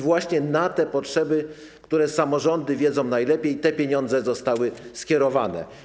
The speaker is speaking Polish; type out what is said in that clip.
Właśnie na te potrzeby, o których samorządy wiedzą najlepiej, te pieniądze zostały skierowane.